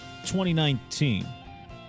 2019